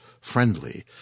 friendly